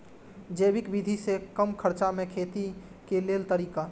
जैविक विधि से कम खर्चा में खेती के लेल तरीका?